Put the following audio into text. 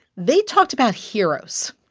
they talked about heroes.